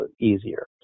easier